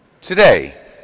Today